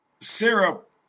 syrup